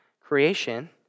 creation